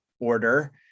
order